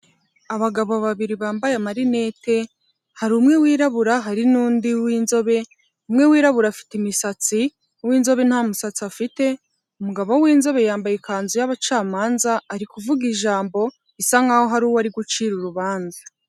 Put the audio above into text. Abagabo babiri bambaye amarinete hari umwe wirabura hari n'undi w'inzobe umwe wirabura afite imisatsi, uwinzobe nta musatsi afite umugabo w'inzobe yambaye ikanzu y'abacamanza ari kuvuga ijambo bisa nkaho hari uwo ari gucira urubanza.